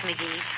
McGee